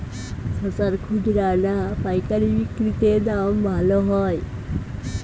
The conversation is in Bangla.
শশার খুচরা না পায়কারী বিক্রি তে দাম ভালো হয়?